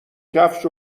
کفش